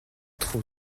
trop